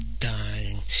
dying